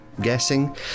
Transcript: guessing